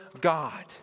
God